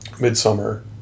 Midsummer